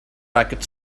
racket